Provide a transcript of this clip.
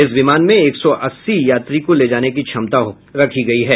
इस विमान में एक सौ अस्सी यात्री को ले जाने की क्षमता रखी गई है